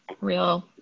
real